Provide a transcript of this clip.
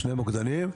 שני מוקדנים.